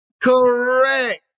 Correct